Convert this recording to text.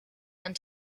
and